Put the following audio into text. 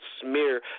smear